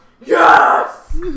YES